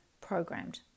programmed